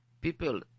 people